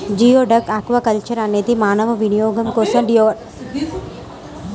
geoduck aquaculture అనేది మానవ వినియోగం కోసం జియోడక్లను సాగు చేసే పద్ధతి